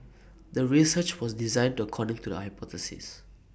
the research was designed to according to the hypothesis